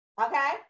okay